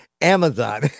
Amazon